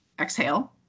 exhale